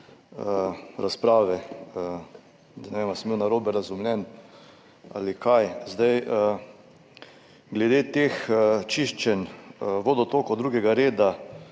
razprave, ne vem, ali sem bil narobe razumljen ali kaj. Glede teh čiščenj vodotokov drugega reda,